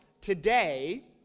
Today